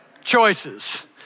choices